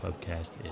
podcast